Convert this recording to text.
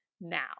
now